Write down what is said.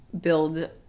build